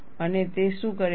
અને તે શું કરે છે